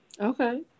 Okay